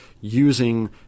using